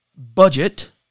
budget